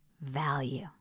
value